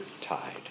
tide